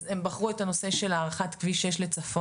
אז הם בחרו את הנושא של הארכת כביש 6 לצפון,